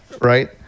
right